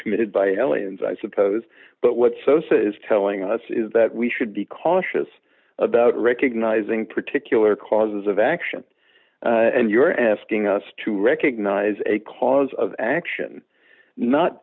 committed by aliens i suppose but what sosa's telling us is that we should be cautious about recognizing particular causes of action and you're asking us to recognize a cause of action not